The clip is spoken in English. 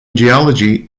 geology